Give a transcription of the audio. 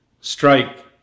strike